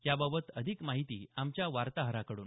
याबाबत अधिक माहिती आमच्या वार्ताहराकडून